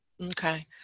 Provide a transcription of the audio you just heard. Okay